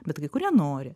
bet kai kurie nori